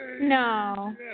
No